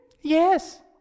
Yes